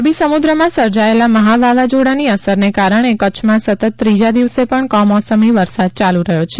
અરબી સમુદ્રમાં સર્જાયેલા મહાવાવાઝોડાની અસરને કારણે કચ્છમાં સતત ત્રીજા દિવસે પણ કમોસમી વરસાદ ચાલુ રહ્યો છે